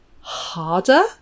harder